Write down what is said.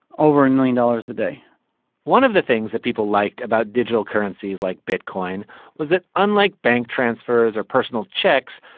over a million dollars a day one of the things that people liked about digital currencies like bitcoin was that unlike bank transfers or personal checks,